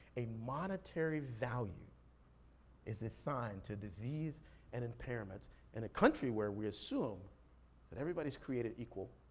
a monetary value is assigned to disease and impairments in a country where we assume that everybody is created equal,